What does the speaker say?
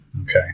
Okay